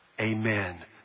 Amen